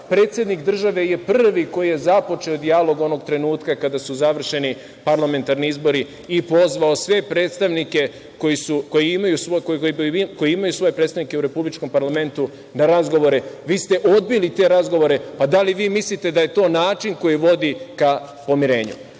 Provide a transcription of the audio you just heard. predsednik države je prvi koji je započeo dijalog onog trenutka kada su završeni parlamentarni izbori i pozvao sve predstavnike koji imaju svoje predstavnike u republičkom parlamentu, na razgovore. Vi ste odbili te razgovore, pa da li vi mislite da je to način koji vodi ka pomirenju? Molim